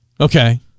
Okay